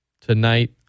tonight